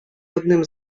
одним